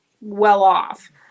well-off